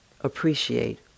appreciate